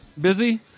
Busy